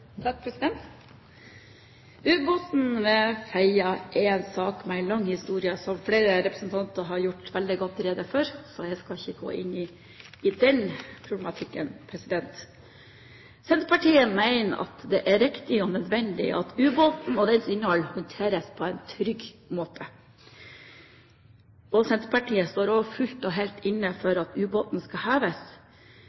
ved Fedje er en sak med en lang historie som flere representanter har gjort veldig godt rede for, så jeg skal ikke gå inn i den problematikken. Senterpartiet mener at det er riktig og nødvendig at ubåten og dens innhold håndteres på en trygg måte. Senterpartiet står også fullt og helt inne for